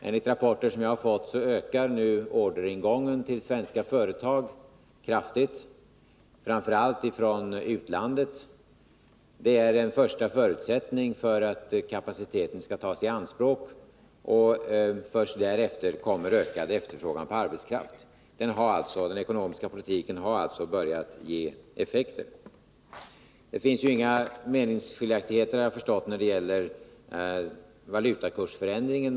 Enligt rapporter jag fått ökar nu 163 orderingången till svenska företag kraftigt, framför allt från utlandet. Det är en första förutsättning för att kapaciteten skall tas i anspråk. Först därefter kommer ökad efterfrågan på arbetskraft. Den ekonomiska politiken har alltså börjat ge effekter. Såvitt jag har förstått finns det inga meningsskiljaktigheter mellan Lars-Erik Lövdén och mig när det gäller valutakursförändringen.